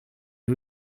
est